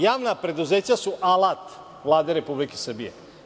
Javna preduzeća su alat Vlade Republike Srbije.